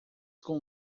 com